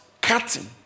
cutting